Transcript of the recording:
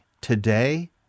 today